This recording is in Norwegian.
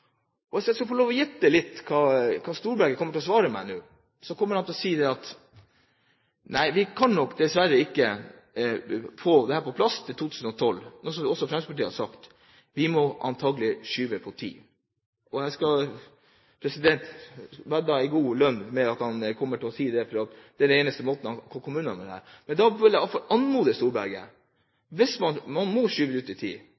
Hvis jeg kan få lov til å gjette hva Storberget kommer til å svare meg nå, kommer han til å si: Nei, vi kan nok dessverre ikke få dette på plass til 2012 – som også Fremskrittspartiet har sagt – vi må antagelig skyve det ut i tid. Jeg skal vedde en god lønn på at han kommer til å si det, for det er den eneste måten han kan komme unna med dette på. Da vil jeg i alle fall anmode Storberget om, hvis man må skyve det ut i tid